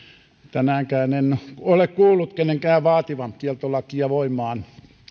tänäänkään en ole kuullut kenenkään vaativan kieltolakia voimaan